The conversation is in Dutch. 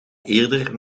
eerder